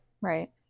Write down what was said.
Right